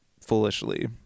foolishly